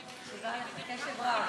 מקשיבה בקשב רב.